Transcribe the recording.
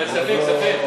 לכספים, כספים.